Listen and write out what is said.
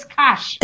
cash